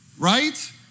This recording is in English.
right